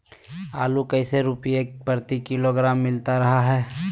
आलू कैसे रुपए प्रति किलोग्राम मिलता रहा है?